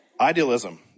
Idealism